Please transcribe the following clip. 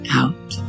out